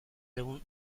egun